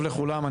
שלום שוב לכולם,